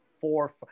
four